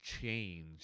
change